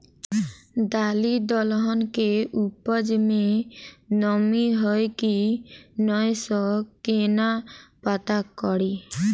दालि दलहन केँ उपज मे नमी हय की नै सँ केना पत्ता कड़ी?